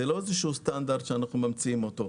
זה לא סטנדרט שאנחנו ממציאים אותו.